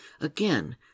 Again